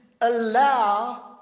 allow